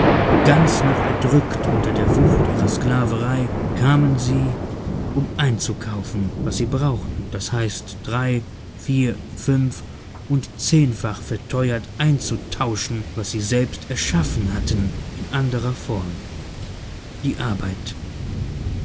ganz noch erdrückt unter der wucht ihrer sklaverei kamen sie um einzukaufen was sie brauchten das heißt drei vier fünf und zehnfach verteuert einzutauschen was sie selbst erschaffen hatten in anderer form die arbeit